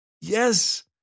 Yes